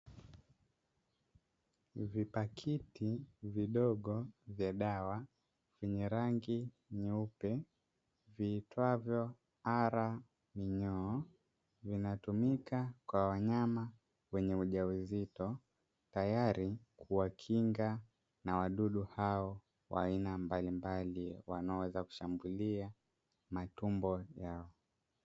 Vipakiti vidogo vya dawa vyenye rangi nyeupe viitwavyo ara minyoo, vinatumika kwa wanyama wenye ujauzito tayari kuwakinga na wadudu hao wa aina mbalimbali wanaoweza kuwashambulia matumbo yao.